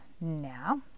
Now